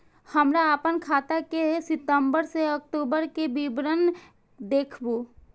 हमरा अपन खाता के सितम्बर से अक्टूबर के विवरण देखबु?